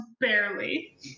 barely